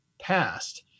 passed